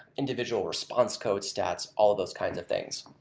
individual response code stats, all of those kinds of things.